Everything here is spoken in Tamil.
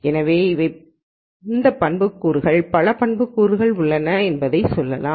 எனவே இவை பண்புக்கூறுகள் என்றால் பல பண்புக்கூறுகள் உள்ளன என்று சொல்லலாம்